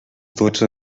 dotze